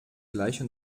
gleiche